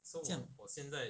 这样